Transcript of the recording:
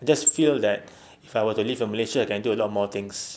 just feel that if I were to live in malaysia I can do a lot more things